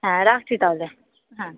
হ্যাঁ রাখছি তাহলে হ্যাঁ